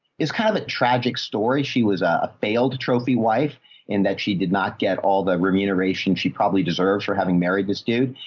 it's kind of a tragic story. she was a failed trophy wife and that she did not get all the remuneration. she probably deserves for having married this dude,